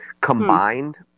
combined